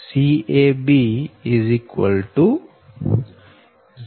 854 10 12ln 6